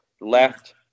Left